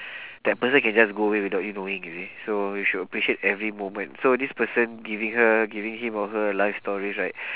that person can just go away without you knowing you see so you should appreciate every moment so this person giving her giving him or her life stories right